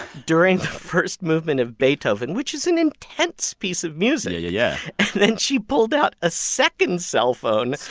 during the first movement of beethoven, which is an intense piece of music yeah, yeah, yeah then she pulled out a second cellphone